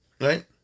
Right